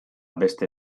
beste